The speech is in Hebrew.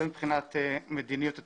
זה מבחינת מדיניות התכנון.